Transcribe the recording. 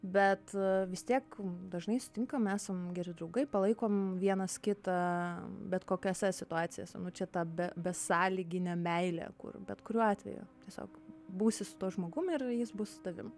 bet vis tiek dažnai sutinkam esam geri draugai palaikom vienas kitą bet kokiose situacijose nu čia ta be besąlyginė meilė kur bet kuriuo atveju tiesiog būsi su tuo žmogum ir jis bus su tavim